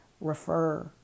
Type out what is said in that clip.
refer